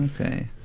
Okay